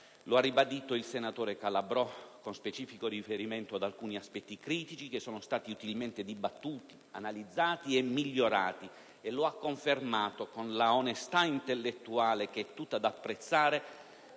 Lo ha ribadito il senatore Calabrò, con specifico riferimento ad alcuni aspetti critici che sono stati utilmente dibattuti, analizzati e migliorati, e lo ha confermato, con un'onestà intellettuale che è tutta da apprezzare,